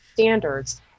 standards